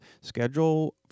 schedule